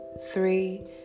three